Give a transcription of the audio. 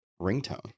ringtone